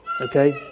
okay